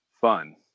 fun